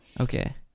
Okay